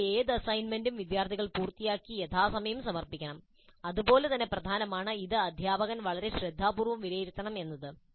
നൽകിയ ഏത് അസൈൻമെന്റും വിദ്യാർത്ഥികൾ പൂർത്തിയാക്കി യഥാസമയം സമർപ്പിക്കണം അതുപോലെ തന്നെ പ്രധാനമാണ് ഇത് അധ്യാപകൻ വളരെ ശ്രദ്ധാപൂർവ്വം വിലയിരുത്തണം എന്നത്